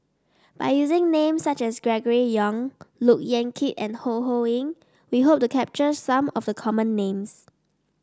by using names such as Gregory Yong Look Yan Kit and Ho Ho Ying we hope to capture some of the common names